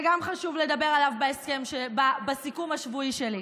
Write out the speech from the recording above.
גם חשוב לדבר עליו בסיכום השבועי שלי.